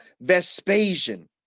Vespasian